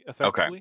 Okay